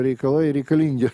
reikalai reikalingi